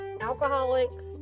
Alcoholics